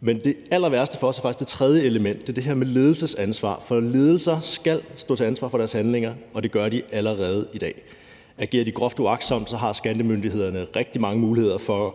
Men det allerværste for os er faktisk det tredje element, altså det her med ledelsesansvar. For ledelser skal stå til ansvar for deres handlinger, og det gør de allerede i dag. Agerer de groft uagtsomt, har skattemyndighederne rigtig mange muligheder for